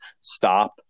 stop